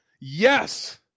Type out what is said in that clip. yes